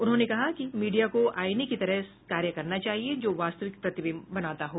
उन्होंने कहा कि मीडिया को आइने की तरह कार्य करना चाहिए जो वास्तविक प्रतिबिम्ब बनाता हो